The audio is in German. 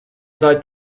seid